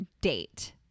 date